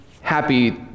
happy